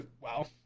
Wow